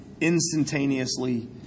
instantaneously